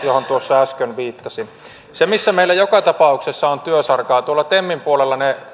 johon tuossa äsken viittasin se missä meillä joka tapauksessa on työsarkaa tuolla temin puolella ne